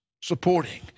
supporting